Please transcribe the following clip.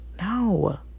No